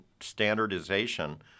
standardization